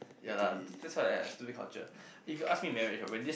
ya lah that's that's why lah stupid culture if you ask me marriage right when this